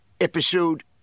episode